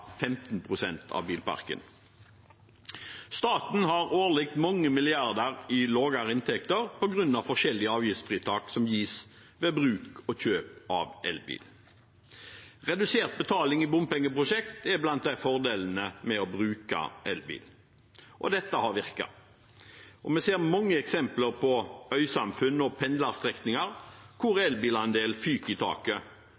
av bilparken. Staten har årlig mange milliarder i lavere inntekter på grunn av forskjellige avgiftsfritak som gis ved bruk og kjøp av elbil. Redusert betaling i bompengeprosjekter er blant fordelene med å bruke elbil. Dette har virket. Vi ser mange eksempler på øysamfunn og pendlerstrekninger hvor